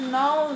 now